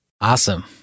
Awesome